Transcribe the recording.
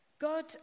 God